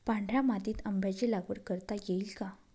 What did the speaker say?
पांढऱ्या मातीत आंब्याची लागवड करता येईल का?